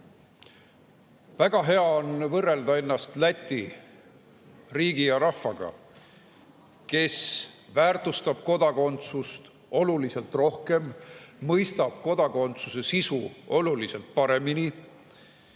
Väga hea on võrrelda ennast Läti riigi ja Läti rahvaga, kes väärtustab kodakondsust oluliselt rohkem, mõistab kodakondsuse sisu oluliselt paremini